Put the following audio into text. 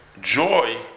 joy